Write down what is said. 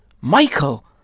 Michael